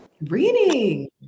Reading